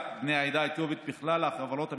בני העדה האתיופית בכלל החברות הממשלתיות.